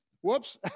whoops